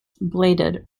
bladed